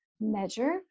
measure